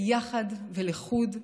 ביחד ולחוד,